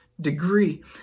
degree